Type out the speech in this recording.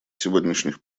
сегодняшних